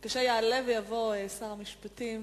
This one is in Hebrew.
יעלה ויבוא שר המשפטים